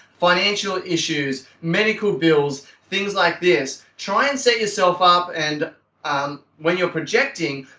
financial issues, medical bills, things like these. try and set yourself up and um when you're projecting,